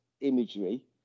imagery